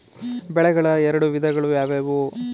ಬೆಳೆಗಳ ಎರಡು ವಿಧಗಳು ಯಾವುವು?